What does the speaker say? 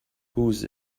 whose